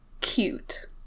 cute